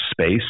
space